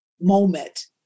moment